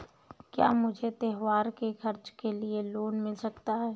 क्या मुझे त्योहार के खर्च के लिए लोन मिल सकता है?